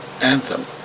anthem